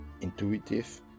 intuitive